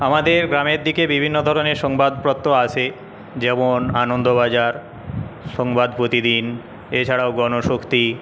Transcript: আমাদের গ্রামের দিকে বিভিন্নধরনের সংবাদপত্র আছে যেমন আনন্দবাজার সংবাদ প্রতিদিন এছাড়াও গণশক্তি